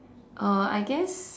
uh I guess